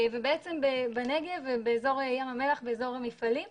ובעצם בנגב ובאזור מפעלי ים המלח